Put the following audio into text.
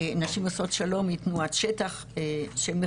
נשים עושות שלום היא תנועת שטח שמחויבת